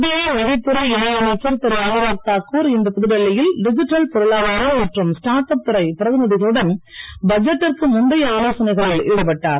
மத்திய நிதித்துறை இணை அமைச்சர் திரு அனுராக் தாக்கூர் இன்று புதுடில்லியில் டிஜிட்டல் பொருளாதாரம் மற்றும் ஸ்டார்ட் அப் துறைப் பிரதிநிதிகளுடன் பட்ஜெட்டிற்கு முந்தைய ஈடுபட்டார்